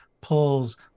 pulls